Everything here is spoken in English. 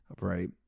right